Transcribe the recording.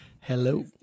Hello